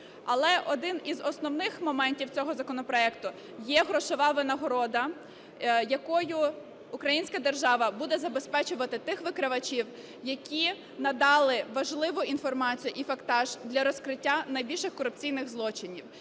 Але один із основних моментів цього законопроекту є грошова винагорода, якою українська держава буде забезпечувати тих викривачів, які надали важливу інформацію і фактаж для розкриття найбільших корупційних злочинів,